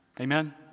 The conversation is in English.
Amen